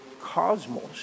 cosmos